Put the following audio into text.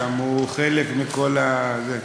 הוא חלק מכל זה.